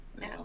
No